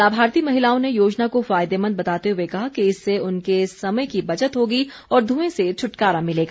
लाभार्थी महिलाओं ने योजना को फायदेमंद बताते हुए कहा कि इससे उनके समय की बचत होगी और धुंए से छुटकारा मिलेगा